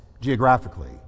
geographically